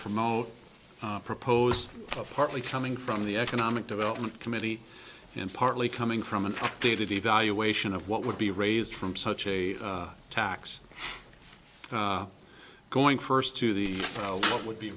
promote proposed partly coming from the economic development committee and partly coming from an dated evaluation of what would be raised from such a tax going first to the what would be